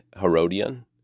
Herodian